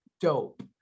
dope